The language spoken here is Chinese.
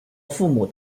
父母